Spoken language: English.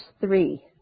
three